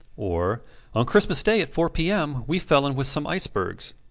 or on christmas day at four p. m. we fell in with some icebergs.